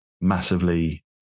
massively